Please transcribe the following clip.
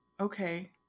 Okay